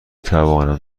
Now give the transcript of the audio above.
توانم